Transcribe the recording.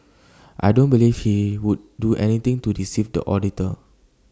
I don't believe he would do anything to deceive the auditor